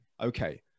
okay